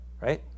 right